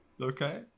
Okay